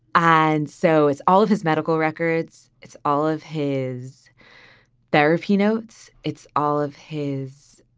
and so is all of his medical records. it's all of his therapy notes. it's all of his.